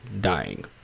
dying